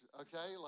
okay